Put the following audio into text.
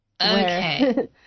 Okay